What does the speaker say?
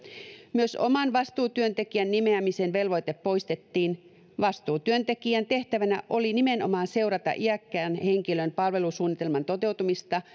myös oman vastuutyöntekijän nimeämisen velvoite poistettiin vastuutyöntekijän tehtävänä oli nimenomaan seurata iäkkään henkilön palvelusuunnitelman toteutumista